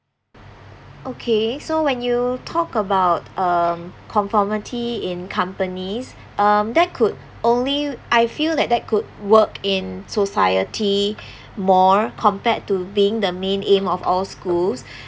okay so when you talk about um conformity in companies um that could only I feel that that could work in society more compared to being the main aim of all schools